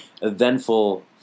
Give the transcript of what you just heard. eventful